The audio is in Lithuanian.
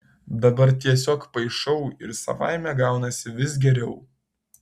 dabar tiesiog paišau ir savaime gaunasi vis geriau